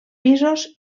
pisos